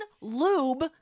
lube